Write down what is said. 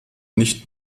nicht